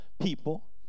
people